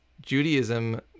Judaism